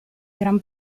gran